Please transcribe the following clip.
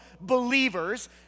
believers